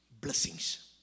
blessings